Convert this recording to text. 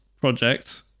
project